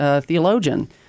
theologian